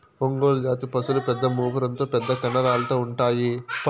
ఒంగోలు జాతి పసులు పెద్ద మూపురంతో పెద్ద కండరాలతో ఉంటాయి